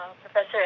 professor